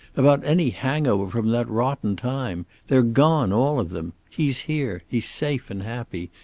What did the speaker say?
about any hang-over from that rotten time? they're gone, all of them. he's here. he's safe and happy.